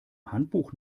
handbuch